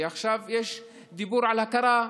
ועכשיו יש דיבור על הכרה.